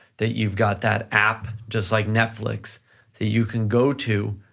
that you've got that app, just like netflix that you can go to,